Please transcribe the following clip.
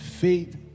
Faith